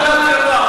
לא.